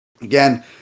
again